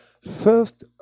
First